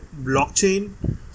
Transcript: blockchain